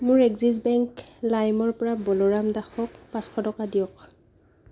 মোৰ Axis bank লাইমৰ পৰা বলোৰাম দাসক পাঁচশ টকা দিয়ক